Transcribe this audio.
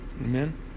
Amen